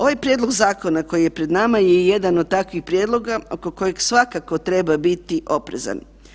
Ovaj prijedlog zakona koji je pred mama je jedan od takvih prijedloga oko kojeg svakako treba biti oprezan.